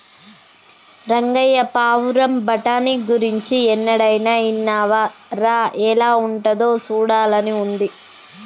రంగయ్య పావురం బఠానీ గురించి ఎన్నడైనా ఇన్నావా రా ఎలా ఉంటాదో సూడాలని ఉంది